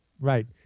Right